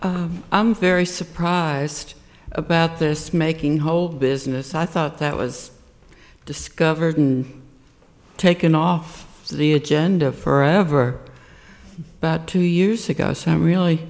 us i'm very surprised about this making whole business i thought that was discovered and taken off the agenda for ever but two years ago some really